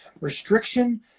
restriction